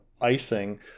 icing